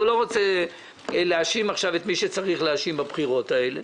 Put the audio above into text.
אני לא רוצה להאשים את מי שצריך להאשים בבחירות האלו,